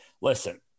listen